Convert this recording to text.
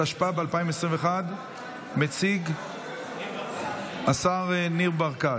התשפ"ב 2021. מציג שר הכלכלה ניר ברקת,